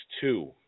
two